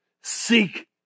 seek